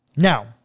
Now